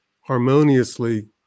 harmoniously